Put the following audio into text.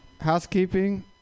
housekeeping